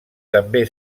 també